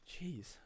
Jeez